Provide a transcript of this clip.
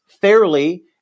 fairly